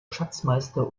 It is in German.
schatzmeister